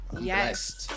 Yes